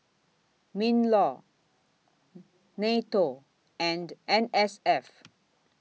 MINLAW NATO and N S F